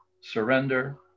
surrender